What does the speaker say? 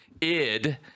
id